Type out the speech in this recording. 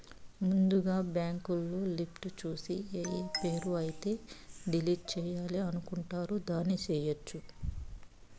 ముందుగా బ్యాంకులో లిస్టు చూసి ఏఏ పేరు అయితే డిలీట్ చేయాలి అనుకుంటారు దాన్ని చేయొచ్చు